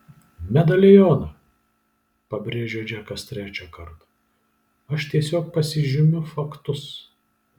medalioną pabrėžė džekas trečią kartą aš tiesiog pasižymiu faktus